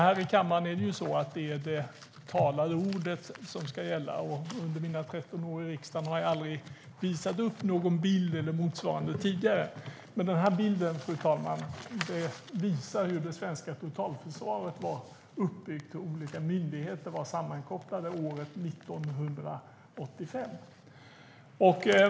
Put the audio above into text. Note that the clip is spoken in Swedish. Här i kammaren ska det talade ordet gälla, och under mina 13 år i riksdagen har jag aldrig tidigare visat upp någon bild eller motsvarande, men den bild jag nu håller upp för kammaren visar hur det svenska totalförsvaret var uppbyggt, hur olika myndigheter var sammankopplade, år 1985.